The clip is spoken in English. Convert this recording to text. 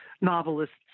novelists